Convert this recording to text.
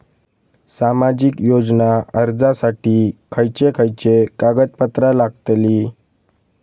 सामाजिक योजना अर्जासाठी खयचे खयचे कागदपत्रा लागतली?